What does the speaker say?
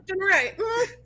right